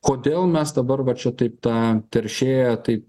kodėl mes dabar va čia taip tą teršėją taip